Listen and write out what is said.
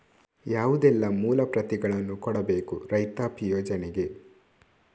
ಯಾವುದೆಲ್ಲ ಮೂಲ ಪ್ರತಿಗಳನ್ನು ಕೊಡಬೇಕು ರೈತಾಪಿ ಯೋಜನೆಗೆ?